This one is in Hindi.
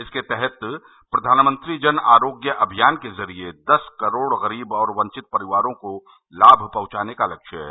इसके तहत प्रधानमंत्री जन आरोग्य अभियान के जरिए दस करोड़ गरीब और वंचित परिवारों को लाभ पहंचाने का लक्ष्य है